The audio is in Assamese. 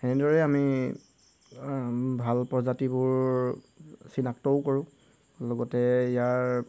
সেনেদৰেই আমি ভাল প্ৰজাতিবোৰ চিনাক্তও কৰোঁ লগতে ইয়াৰ